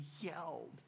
yelled